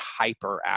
hyperactive